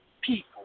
people